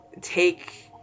take